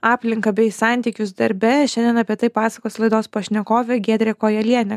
aplinką bei santykius darbe šiandien apie tai pasakos laidos pašnekovė giedrė kojelienė